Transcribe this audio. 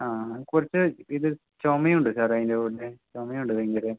ആ കുറച്ച് ഇത് ചുമയും ഉണ്ട് സാറേ അതിൻ്റെ കൂടെ ചുമയുണ്ട് ഭയങ്കരം